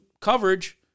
coverage